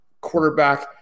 quarterback